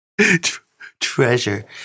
Treasure